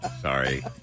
Sorry